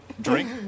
Drink